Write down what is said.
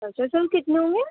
اچھا سر کتنے ہوں گے